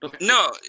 no